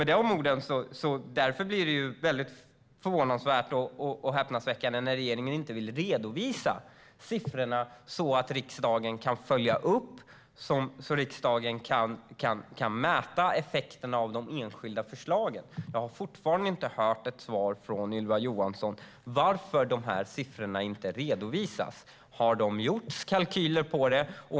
Därför är det häpnadsväckande att regeringen inte vill redovisa siffrorna så att riksdagen kan följa upp och mäta effekterna av de enskilda förslagen. Jag har fortfarande inte fått svar av Ylva Johansson på frågan varför siffrorna inte redovisas. Har det gjorts kalkyler?